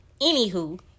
Anywho